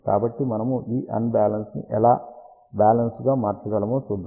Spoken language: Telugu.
కాబట్టి మనము ఈ అన్ బ్యాలన్స్ ని ఎలా బ్యాలన్స్ గా మార్చగలమో చూద్దాం